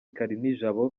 kalinijabo